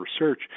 research